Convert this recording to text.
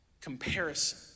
comparison